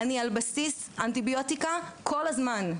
אני על בסיס אנטיביוטיקה כל הזמן.